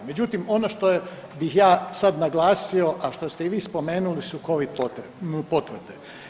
Međutim ono što bih ja sada naglasio, a što ste i vi spomenuli su Covid potvrde.